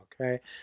okay